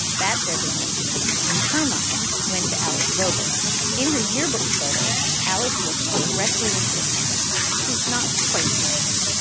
that designation in her mind went to alice vogel in her yearbook photo. alice looks directly into the camera. she's not quite smiling.